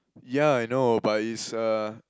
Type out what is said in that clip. yeah I know but is a